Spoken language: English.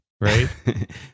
right